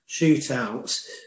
shootouts